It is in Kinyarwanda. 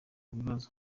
bibazo